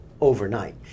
overnight